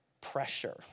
pressure